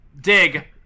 Dig